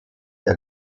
der